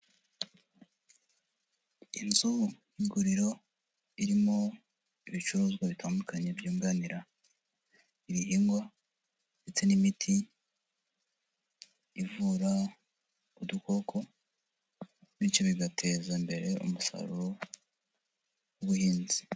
Inzu y'iguriro irimo ibicuruzwa bitandukanye byunganira ibihingwa, ndetse n'imiti ivura udukoko, bityo bigateza imbere umusaruro w'ubuhinzi.